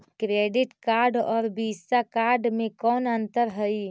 Credit card और Visa card मे कौन अन्तर है?